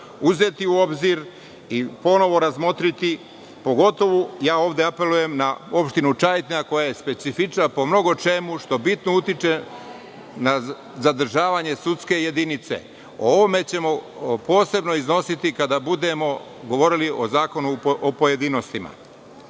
uzeti u obzir i ponovo razmotriti, ja pogotovo ovde apelujem na opštinu Čajetina koja je specifična po mnogo čemu, što bitno utičena zadržavanje sudske jedinice.O ovome ćemo posebno iznositi kada budemo govorili o zakonu o pojedinostima. Gospodine